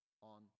on